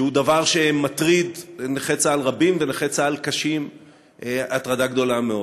שהוא דבר שמטריד נכי צה"ל רבים ונכי צה"ל קשים הטרדה גדולה מאוד.